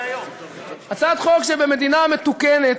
הצעת חוק שבמדינה מתוקנת,